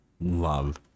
Love